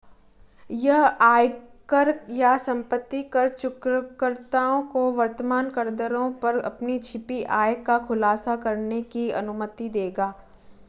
यह आयकर या संपत्ति कर चूककर्ताओं को वर्तमान करदरों पर अपनी छिपी आय का खुलासा करने की अनुमति देगा